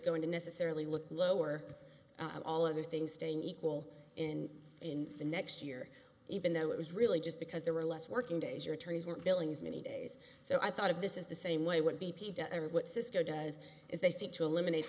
going to necessarily look lower all other things staying equal and in the next year even though it was really just because there were less working days your attorneys weren't billing as many days so i thought of this is the same way what b p does every what cisco does is they seem to eliminate